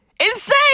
Insane